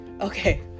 Okay